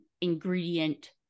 ingredient